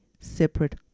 separate